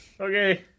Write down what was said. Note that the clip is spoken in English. Okay